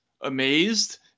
amazed